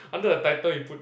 under the title he put